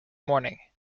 morning